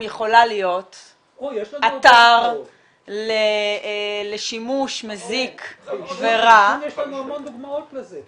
יכולה להיות אתר לשימוש מזיק ורע --- לעישון יש לנו הרבה דוגמאות לזה.